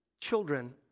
children